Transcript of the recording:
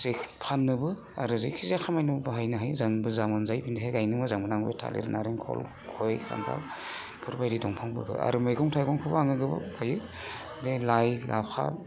जे फाननोबो आरो जेखि जाया खामानियाव बाहायनो हायो जों मोजां मोनजायो बिनि थाखायनो मोजां मोनो आं बे थालिर नारेंखल गय खान्थालफोरबायदि दंफांफोरखौ आरो मैगं थाइगंखौबो आङो गोबाव थायो बे लाइ लाफा